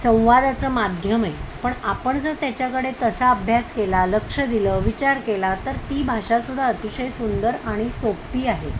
संवादचं माध्यम आहे पण आपण जर त्याच्याकडे कसा अभ्यास केला लक्ष दिलं विचार केला तर ती भाषा सुद्धा अतिशय सुंदर आणि सोपी आहे